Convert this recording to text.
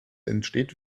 entsteht